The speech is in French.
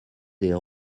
des